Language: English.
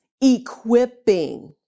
equipping